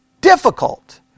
difficult